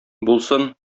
булсын